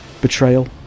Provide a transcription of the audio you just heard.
betrayal